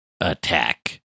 attack